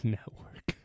Network